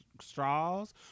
straws